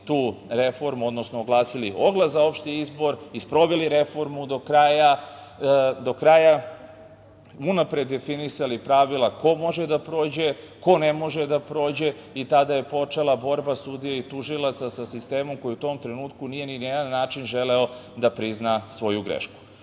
tu reformu, odnosno oglasili oglas za opšti izbor i sproveli reformu do kraja, unapred definisali pravila ko može da prođe, ko ne može da prođe i tada je počela borba sudija i tužilaca sa sistemom koji u tom trenutku nije ni na jedan način želeo da prizna svoju grešku. Kada